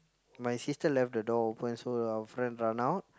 my sister left the door open so our friend run out